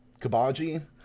Kabaji